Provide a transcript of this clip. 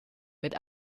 mit